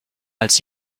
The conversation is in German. als